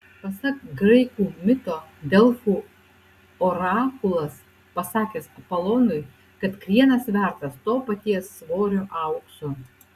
pasak graikų mito delfų orakulas pasakęs apolonui kad krienas vertas to paties svorio aukso